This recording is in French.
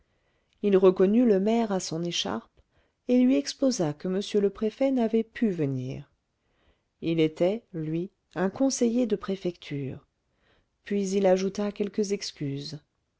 il reconnut le maire à son écharpe et lui exposa que m le préfet n'avait pu venir il était lui un conseiller de préfecture puis il ajouta quelques excuses